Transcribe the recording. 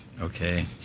okay